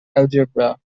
algebra